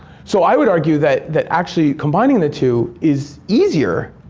so i would argue that that actually combining the two is easier.